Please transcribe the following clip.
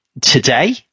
today